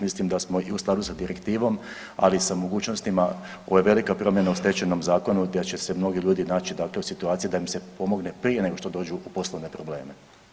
Mislim da smo i u skladu s direktivom, ali i sa mogućnostima ovo je velika promjena u Stečajnom zakonu gdje će se mnogi ljudi naći dakle u situaciji da im se pomogne prije nego što dođu u poslovne probleme.